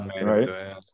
right